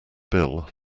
bill